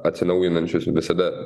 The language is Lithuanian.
atsinaujinančios visada